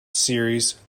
series